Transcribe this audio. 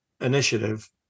initiative